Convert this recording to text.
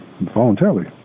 voluntarily